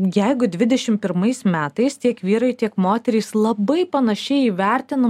jeigu dvidešimt pirmais metais tiek vyrai tiek moterys labai panašiai įvertino